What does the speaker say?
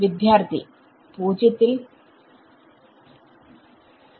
വിദ്യാർത്ഥി 0 യിൽ